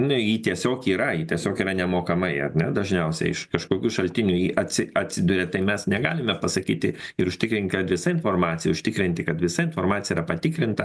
nu ji tiesiog yra ji tiesiog yra nemokamai ar ne dažniausiai iš kažkokių šaltinių ji atsi atsiduria tai mes negalime pasakyti ir užtikrint kad visa informacija užtikrinti kad visa informacija yra patikrinta